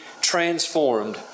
transformed